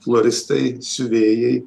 floristai siuvėjai